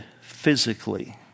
Physically